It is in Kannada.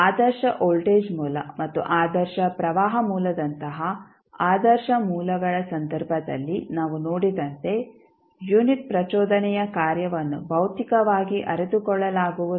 ಆದರ್ಶ ವೋಲ್ಟೇಜ್ ಮೂಲ ಮತ್ತು ಆದರ್ಶ ಪ್ರವಾಹ ಮೂಲದಂತಹ ಆದರ್ಶ ಮೂಲಗಳ ಸಂದರ್ಭದಲ್ಲಿ ನಾವು ನೋಡಿದಂತೆ ಯುನಿಟ್ ಪ್ರಚೋದನೆಯ ಕಾರ್ಯವನ್ನು ಭೌತಿಕವಾಗಿ ಅರಿತುಕೊಳ್ಳಲಾಗುವುದಿಲ್ಲ